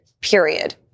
period